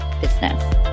business